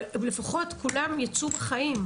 לפחות כולם יצאו בחיים,